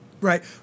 Right